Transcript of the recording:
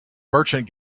merchant